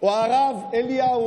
או הרב אליהו,